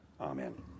Amen